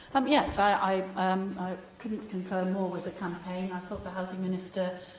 am yes, i i couldn't concur more with the campaign. i thought the housing minister